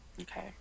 Okay